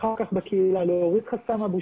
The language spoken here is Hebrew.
אחר כך בקהילה להוריד את חסם הבושה,